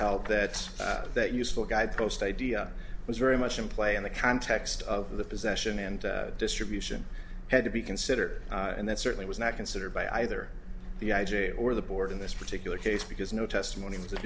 held that that useful guidepost idea was very much in play in the context of the possession and distribution had to be considered and that certainly was not considered by either the i j a or the board in this particular case because no testimony was